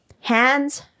hands